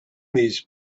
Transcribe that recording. these